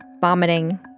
vomiting